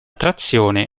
trazione